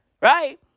right